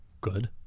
Good